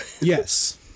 Yes